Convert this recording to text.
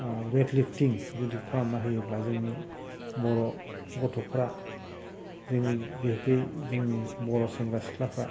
weight lifting जुदि खालामना होयोब्ला जोंनि बर' गथ'फ्रा जोंनि बिहेखे जोंनि बर' सेंग्रा सिख्लाफ्रा